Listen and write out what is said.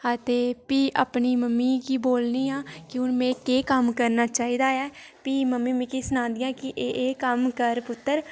हां ते प्ही अपनी मम्मियै गी बोलनी आं कि हून में केह् कम्म करना चाहिदा ऐ प्ही ंमम्मी मीं सनांदियां कि एह् एह् कम्म कर पुत्तर